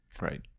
Right